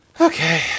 Okay